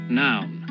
noun